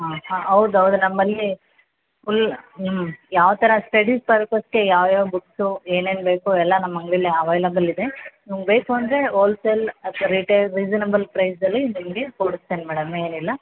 ಹಾಂ ಹಾಂ ಹೌದ್ ಹೌದ್ ನಮ್ಮಲ್ಲಿ ಫುಲ್ ಹ್ಞೂ ಯಾವ ಥರ ಸ್ಟಡೀಸ್ ಪರ್ಪಸ್ಗೆ ಯಾವ ಯಾವ ಬುಕ್ಸು ಏನೇನು ಬೇಕು ಎಲ್ಲ ನಮ್ಮ ಅಂಗ್ಡೀಲಿ ಅವೈಲಬಲ್ ಇದೆ ನಿಮ್ಗೆ ಬೇಕು ಅಂದರೆ ಓಲ್ಸೇಲ್ ಅಥ್ವಾ ರಿಟೈಲ್ ರೀಸನೇಬಲ್ ಪ್ರೈಸಲ್ಲಿ ನಿಮಗೆ ಕೊಡ್ತೇನೆ ಮೇಡಮ್ ಏನಿಲ್ಲ